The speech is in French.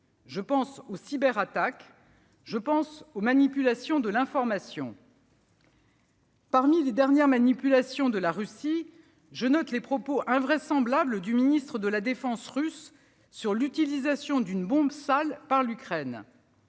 Je pense aux cyberattaques. Je pense aux manipulations de l'information. Parmi les dernières manipulations de la Russie, je note les propos invraisemblables du ministre de la défense russe sur l'utilisation d'une bombe sale par l'Ukraine.